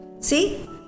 See